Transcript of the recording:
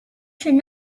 should